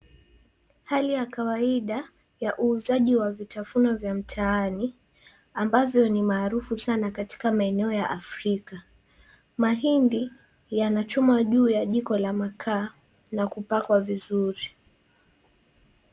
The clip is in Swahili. Hali ya kawaida ya uuzaji wa vitafuno vya mitaani ambavyo ni maarufu sana katika maeneo ya Afrika. Mahindi, yanachomwa juu ya jiko la makaa na kupangwa vizuri.